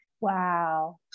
Wow